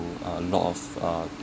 lot of uh